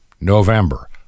November